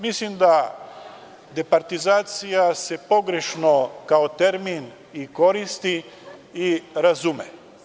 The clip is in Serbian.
Mislim da departizacija se pogrešno kao termin i koristi i razume.